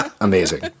amazing